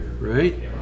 right